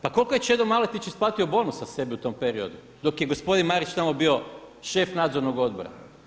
Pa koliko je Čedo Maletić isplatio bonusa sebi u tom periodu dok je gospodin Marić tamo bio šef nadzornog odbora?